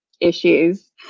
issues